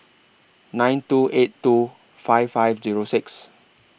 nine two eight two five five Zero six